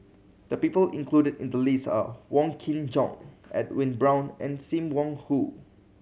the people included in the list are Wong Kin Jong Edwin Brown and Sim Wong Hoo